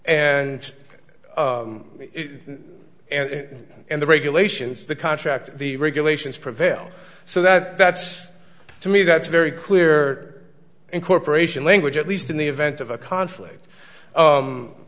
and and and the regulations the contract the regulations prevail so that that's to me that's very clear incorporation language at least in the event of a conflict